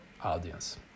audience